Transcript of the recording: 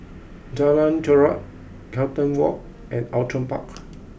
Jalan Chorak Carlton Walk and Outram Park